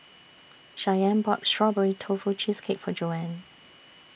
Shyanne bought Strawberry Tofu Cheesecake For Joanne